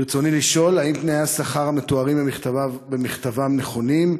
ברצוני לשאול: 1. האם תנאי השכר המתוארים במכתבם נכונים?